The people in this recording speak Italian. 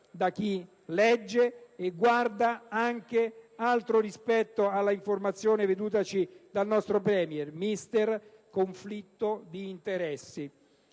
da chi legge e guarda anche altro rispetto all'informazione vendutaci dal nostro *Premier* "mister conflitto di interessi".